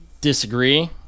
disagree